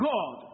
God